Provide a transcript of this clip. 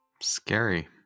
Scary